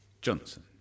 Johnson